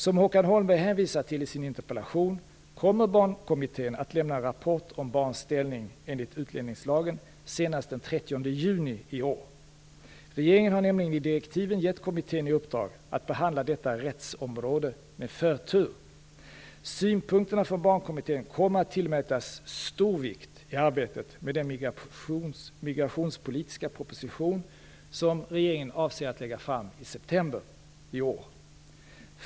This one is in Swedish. Som Håkan Holmberg hänvisar till i sin interpellation kommer Barnkommittén att lämna en rapport om barns ställning enligt utlänningslagen senast den 30 juni i år. Regeringen har nämligen i direktiven gett kommittén i uppdrag att behandla detta rättsområde med förtur. Synpunkterna från Barnkommittén kommer att tillmätas stor vikt i arbetet med den migrationspolitiska proposition som regeringen avser att lägga fram i september i år.